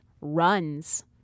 runs